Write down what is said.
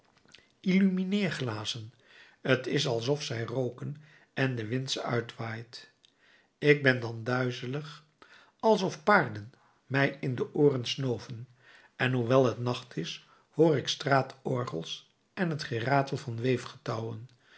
illumineerglazen t is alsof zij rooken en de wind ze uitwaait ik ben dan duizelig alsof paarden mij in de ooren snoven en hoewel t nacht is hoor ik straatorgels en het geratel van